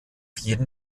jeden